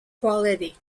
quality